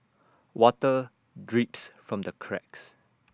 water drips from the cracks